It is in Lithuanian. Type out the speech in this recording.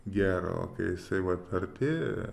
gero o kai jisai vat arti